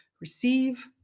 Receive